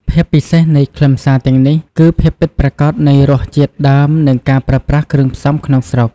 ភាពពិសេសនៃខ្លឹមសារទាំងនេះ គឺភាពពិតប្រាកដនៃរសជាតិដើម និងការប្រើប្រាស់គ្រឿងផ្សំក្នុងស្រុក។